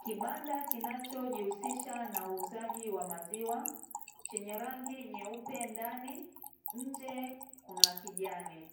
Kibanda kinachojihusisha na uuzaji wa maziwa, chenye rangi nyeupe ndani, nje kuna kijani.